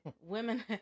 Women